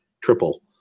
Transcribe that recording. triple